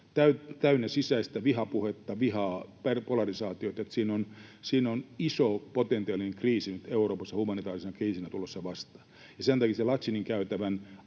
täynnä sisäistä vihapuhetta, vihaa, polarisaatiota, että siinä on iso potentiaalinen kriisi nyt Euroopassa humanitaarisena kriisinä tulossa vastaan, ja sen takia se Laçınin käytävän